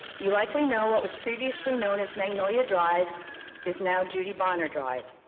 you likely know what was previously known as magnolia drive is now judy bonner drive.